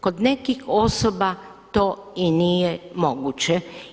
Kod nekih osoba to i nije moguće.